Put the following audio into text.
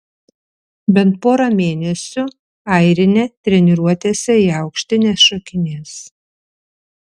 bent pora mėnesių airinė treniruotėse į aukštį nešokinės